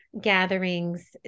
gatherings